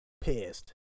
Pissed